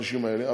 האנשים האלה,